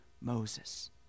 Moses